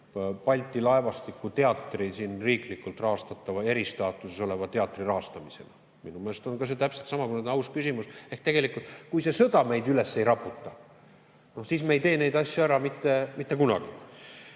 Balti laevastiku teatri, riiklikult rahastatava eristaatuses oleva teatri rahastamise? Minu meelest on see täpselt samavõrd aus küsimus. Ehk tegelikult, kui see sõda meid üles ei raputa, siis me ei tee neid asju ära mitte kunagi.